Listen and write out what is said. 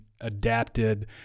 adapted